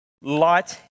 Light